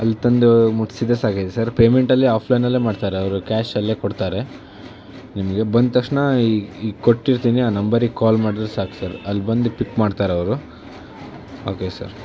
ಅಲ್ಗೆ ತಂದು ಮುಟ್ಟಿಸಿದ್ರೆ ಸಾಕಿತ್ತು ಸರ್ ಪೇಮೆಂಟ್ ಅಲ್ಲಿ ಆಫ್ ಲೈನಲ್ಲೇ ಮಾಡ್ತಾರೆ ಅವರು ಕ್ಯಾಶ್ ಅಲ್ಲೇ ಕೊಡ್ತಾರೆ ನಿಮಗೆ ಬಂದ ತಕ್ಷಣ ಈ ಈ ಕೊಟ್ಟಿರ್ತೀನಿ ಆ ನಂಬರಿಗೆ ಕಾಲ್ ಮಾಡಿದ್ರೆ ಸಾಕು ಸರ್ ಅಲ್ಲಿ ಬಂದು ಪಿಕ್ ಮಾಡ್ತಾರೆ ಅವರು ಓಕೆ ಸರ್